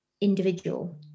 individual